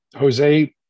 Jose